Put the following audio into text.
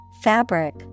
fabric